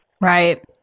Right